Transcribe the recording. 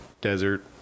desert